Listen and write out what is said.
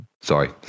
Sorry